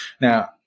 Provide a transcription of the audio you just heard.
Now